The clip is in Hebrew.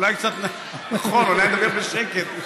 אולי אני אדבר בשקט,